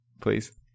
please